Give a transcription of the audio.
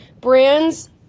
Brands